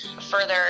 further